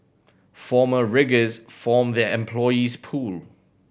former riggers form their employees pool